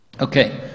Okay